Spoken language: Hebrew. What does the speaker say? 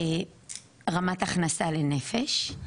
רמת הכנסה לנפש,